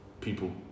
people